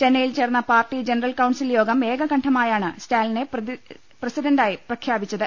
ചെന്നൈയിൽ ചേർന്ന party general council യോഗം ഏകകണ്ഠമായാണ് സ്റ്റാലിനെ പ്രസിഡന്റായി പ്രഖ്യാപിച്ചത്